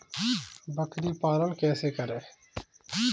बकरी पालन कैसे करें?